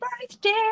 birthday